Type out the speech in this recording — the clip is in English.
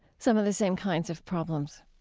some of the same kinds of problems?